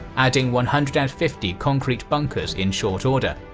adding one hundred and fifty concrete bunkers in short order.